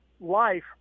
life